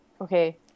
Okay